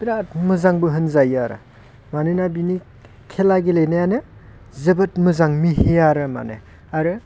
बिरात मोजांबो होनजायो आरो मानोना बिनि खेला गेलेनायानो जोबोद मोजां मिहि आरो माने आरो